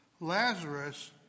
Lazarus